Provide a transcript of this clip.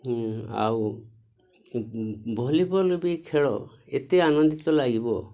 ଆଉ ଭଲିବଲ୍ ବି ଖେଳ ଏତେ ଆନନ୍ଦିତ ଲାଗିବ